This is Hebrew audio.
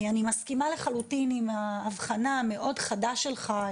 אני מסכימה לחלוטין עם ההבחנה המאוד חדה שלך,